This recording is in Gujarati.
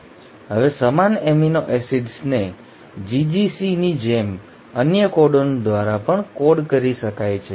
હવે સમાન એમિનો એસિડને જીજીસી ની જેમ અન્ય કોડોન દ્વારા પણ કોડ કરી શકાય છે